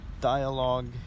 dialogue